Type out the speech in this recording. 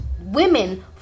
women